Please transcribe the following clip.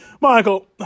Michael